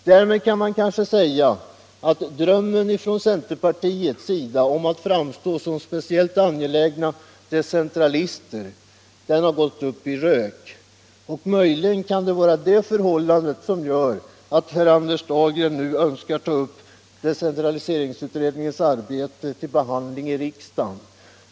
Därmed kan man kanske säga att centerpartiets dröm om att framstå som speciellt angelägna decentralister inte har besannats. Möjligen kan det vara det förhållandet som gör att herr Dahlgren nu önskar ta upp decentraliseringsutredningens arbete till behandling i riksdagen.